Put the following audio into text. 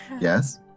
Yes